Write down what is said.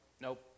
nope